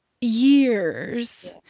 years